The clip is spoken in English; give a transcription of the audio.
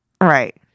Right